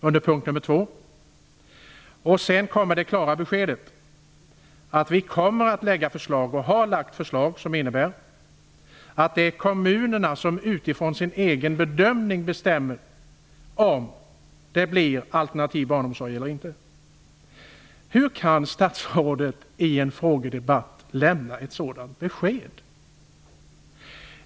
Sedan kommer det klara beskedet: Vi kommer att lägga fram, och har lagt fram, förslag som innebär att det är kommunerna som utifrån sin egen bedömning bestämmer om det blir alternativ barnomsorg eller inte. Hur kan statsrådet i en frågedebatt lämna ett sådant besked?